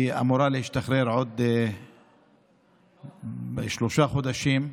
היא אמורה להשתחרר עוד שלושה חודשים.